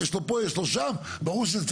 זאת אומרת,